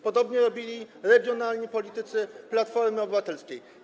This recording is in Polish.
Podobnie robili regionalni politycy Platformy Obywatelskiej.